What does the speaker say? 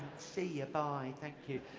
see you, bye. thank you.